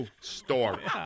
story